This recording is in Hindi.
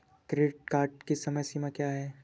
क्रेडिट कार्ड की समय सीमा क्या है?